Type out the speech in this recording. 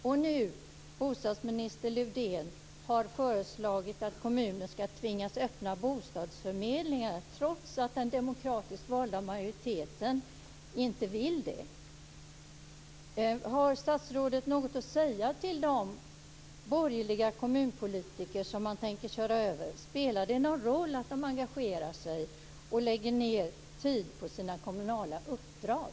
Nu har bostadsminister Lövdén föreslagit att kommuner ska tvingas öppna bostadsförmedlingar trots att den demokratiskt valda majoriteten inte vill det. Har statsrådet något att säga till de borgerliga kommunpolitiker som man tänker köra över? Spelar det någon roll att de engagerar sig och lägger ned tid på sina kommunala uppdrag?